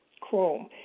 chrome